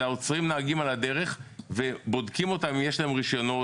אלא עוצרים נהגים על הדרך ובודקים אם יש להם רישיונות,